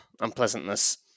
unpleasantness